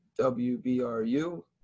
WBRU